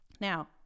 Now